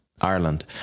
Ireland